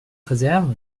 réserve